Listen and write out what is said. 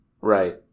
Right